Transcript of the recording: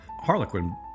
Harlequin